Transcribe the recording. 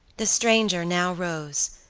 the stranger now rose,